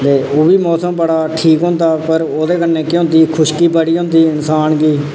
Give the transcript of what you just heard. ते ओह् बी मौसम बड़ा ठीक होंदा पर ओह्दे कन्नै केह् होंदी खुश्की बड़ी हुंदी ऐ इंसान गी